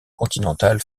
continentale